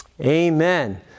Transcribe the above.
Amen